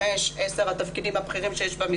במגזר הפרטי ברור לי שדרושה התייחסות של יותר,